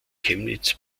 chemnitz